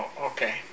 okay